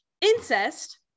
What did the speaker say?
incest